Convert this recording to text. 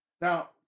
now